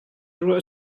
ruah